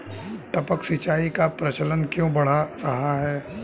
टपक सिंचाई का प्रचलन क्यों बढ़ रहा है?